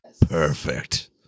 Perfect